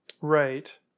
Right